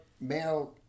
male